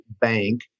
bank